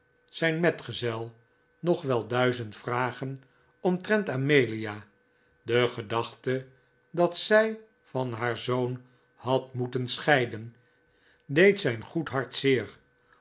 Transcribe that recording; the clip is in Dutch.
zijn metgezel nog wel duizend vragen omtrent amelia de gedachte dat zij van haar zoon had moeten scheiden deed zijn goed hart zeer